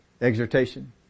exhortation